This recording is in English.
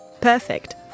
Perfect